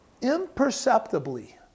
imperceptibly